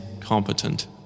competent